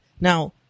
now